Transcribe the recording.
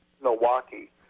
Milwaukee